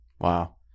Wow